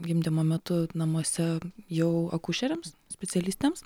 gimdymo metu namuose jau akušeriams specialistams